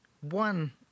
One